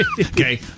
Okay